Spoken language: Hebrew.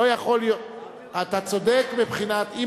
זה נושא כבד משקל, אדוני.